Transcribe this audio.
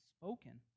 spoken